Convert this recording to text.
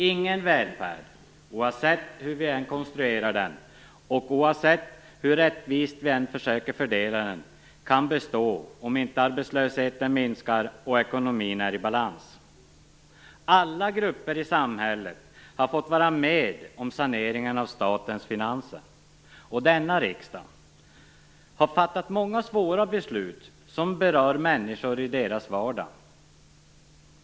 Ingen välfärd - hur vi än konstruerar den och hur rättvist vi än försöker fördela den - kan bestå om inte arbetslösheten minskar och ekonomin är i balans. Alla grupper i samhället har fått vara med om saneringen av statens finanser, och denna riksdag har fattat många svåra beslut som berör människorna i deras vardag.